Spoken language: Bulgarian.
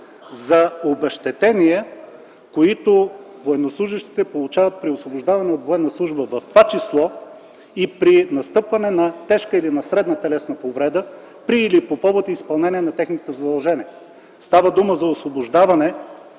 за обезщетения, които военнослужещите получават при освобождаване от военна служба, в това число и при настъпване на тежка или средна телесна повреда при или по повод на изпълнение на техните задължения. Става дума за освобождаване